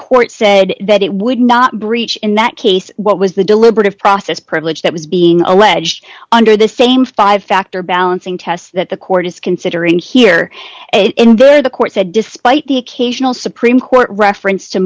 court said that it would not breach in that case what was the deliberative process privilege that was being alleged under the same five factor balancing test that the court is considering here and there the court said despite the occasional supreme court reference to